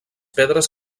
pedres